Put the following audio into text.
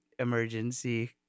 Emergency